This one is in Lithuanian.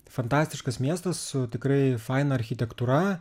fantastiškas miestas su tikrai faina architektūra